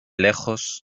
lejos